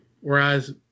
whereas